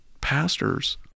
pastors